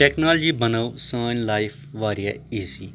technology بَنٲو سٲنۍ life واریاہ ایٖزی